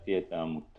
לדעתי את העמותות,